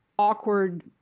awkward